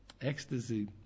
ecstasy